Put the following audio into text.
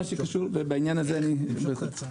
בעניין הזה אני מסכים אתם.